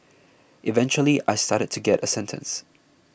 eventually I started to get a sentence